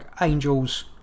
angels